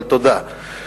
אבל תודה.